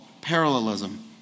parallelism